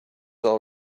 all